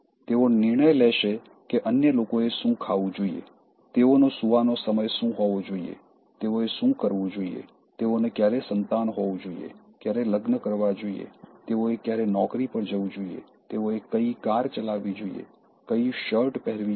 તેઓ નિર્ણય લેશે કે અન્ય લોકોએ શું ખાવું જોઈએ તેઓનો સૂવાનો સમય શું હોવો જોઇએ તેઓએ શું કરવું જોઈએ તેઓને ક્યારે સંતાન હોવું જોઈએ ક્યારે લગ્ન કરવા જોઈએ તેઓએ ક્યારે નોકરી પર જવું જોઈએ તેઓએ કઈ કાર ચલાવવી જોઈએ કઇ શર્ટ પહેરવી જોઈએ